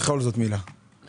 אני